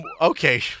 Okay